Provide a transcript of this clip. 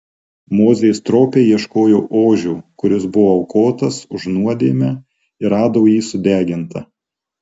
mozė stropiai ieškojo ožio kuris buvo aukotas už nuodėmę ir rado jį sudegintą